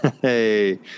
Hey